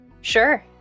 Sure